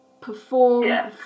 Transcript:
perform